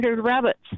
rabbits